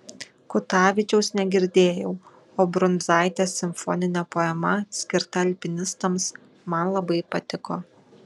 kutavičiaus negirdėjau o brundzaitės simfoninė poema skirta alpinistams man labai patiko